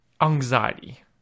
anxiety